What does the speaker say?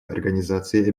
организации